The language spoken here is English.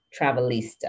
Travelista